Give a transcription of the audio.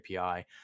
API